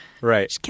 Right